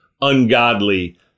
ungodly